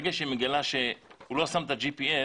ברגע שהיא מגלה שהוא לאשם את ה-GPS,